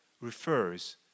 refers